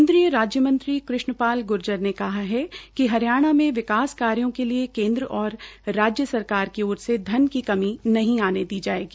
केन्द्रीय राज्यमंत्री कृष्ण पाल गूर्जर ने कहा है कि हरियाणा में विकास कार्यो के लिए केन्द्र और राज्य सरकार की ओर से धन की कोई कमी नहीं आने दी जायेगी